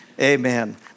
Amen